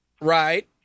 Right